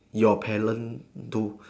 your parent do